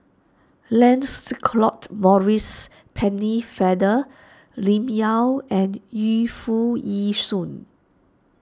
Lancelot Maurice Pennefather Lim Yau and Yu Foo Yee Shoon